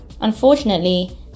Unfortunately